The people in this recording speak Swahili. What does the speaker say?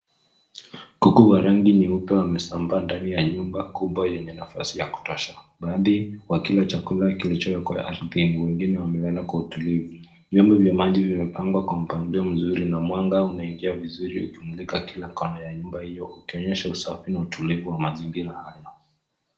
Kuku wa rangi nyeupe wamesambaa ndani ya nyumba kubwa yenye nafasi ya kutosha, baadhi wakila chakula kilichowekwa ardhini, wengine wamelala kwa utulivu. Vyombo vya maji vimepangwa kwa mpangilio mzuri na mwanga unaingia vizuri ukimulika kila kona ya nyumba hiyo ukionyesha usafi na utulivu wa mazingira hayo.